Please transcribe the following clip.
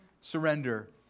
surrender